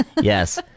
Yes